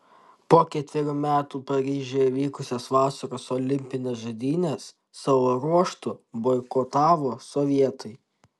po ketverių metų paryžiuje vykusias vasaros olimpines žaidynes savo ruožtu boikotavo sovietai